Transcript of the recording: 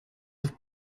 auf